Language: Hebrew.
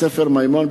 בית-הספר "מימון".